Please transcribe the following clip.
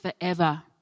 forever